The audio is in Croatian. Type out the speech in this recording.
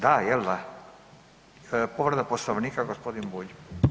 Da, jel da, povreda Poslovnika gospodin Bulj.